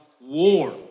war